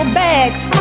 bags